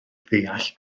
ddeall